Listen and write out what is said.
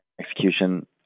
execution